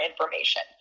information